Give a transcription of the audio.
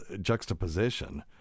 juxtaposition